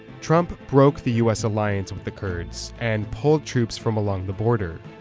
trump broke the us alliance with the kurds and pulled troops from along the border.